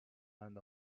and